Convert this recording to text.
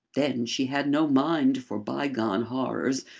then, she had no mind for bygone horrors,